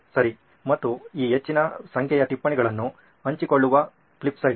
ಸರಿ ಮತ್ತು ಈಗ ಹೆಚ್ಚಿನ ಸಂಖ್ಯೆಯ ಟಿಪ್ಪಣಿಗಳನ್ನು ಹಂಚಿಕೊಳ್ಳುವ ಫ್ಲಿಪ್ ಸೈಡ್